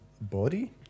body